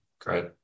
Great